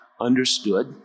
understood